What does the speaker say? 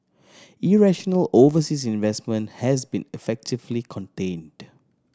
irrational overseas investment has been effectively contained